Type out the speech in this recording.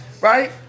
Right